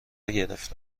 گرفته